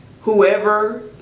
whoever